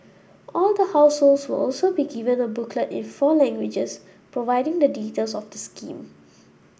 all the households will also be given a booklet in four languages providing the details of the scheme